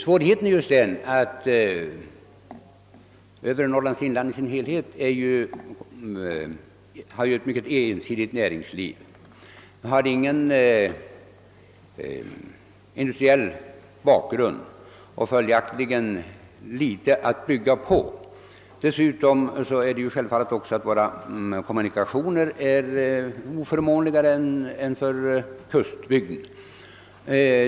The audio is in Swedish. Svårigheten är emellertid att finna företagare i övre Norrlands inland, då denna bygd har ett mycket ensidigt näringsliv, utan industriell bakgrund. Där finns följaktligen inte mycket att bygga på. Dessutom är vi självfallet i kommunikationshänseende sämre ställda än man är i kustbygden.